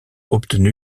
obtenu